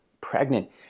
pregnant